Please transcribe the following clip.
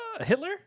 Hitler